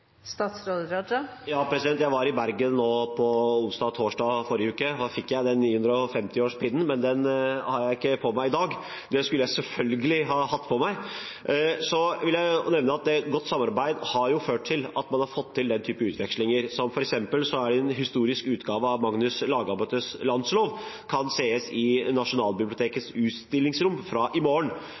var i Bergen onsdag og torsdag i forrige uke. Da fikk jeg 950-årspin-en, men den har jeg ikke på meg i dag – det skulle jeg selvfølgelig ha hatt! Jeg vil nevne at et godt samarbeid har ført til at man har fått til den type utvekslinger som har gjort at f.eks. en historisk utgave av Magnus Lagabøtes landslov kan sees i Nasjonalbibliotekets utstillingsrom fra i morgen.